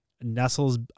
Nestle's